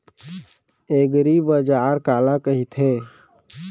एगरीबाजार काला कहिथे?